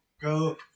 Go